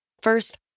First